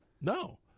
No